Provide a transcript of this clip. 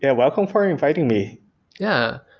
yeah welcome for and inviting me yeah.